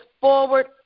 forward